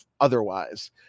otherwise